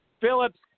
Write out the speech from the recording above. Phillips